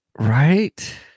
Right